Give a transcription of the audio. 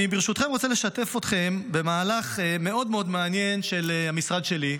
אני ברשותכם רוצה לשתף אתכם במהלך מאוד מאוד מעניין של המשרד שלי.